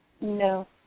No